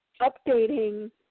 updating